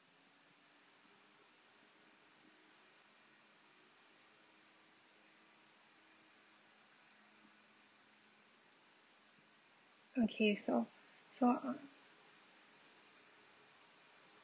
okay so so uh